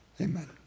Amen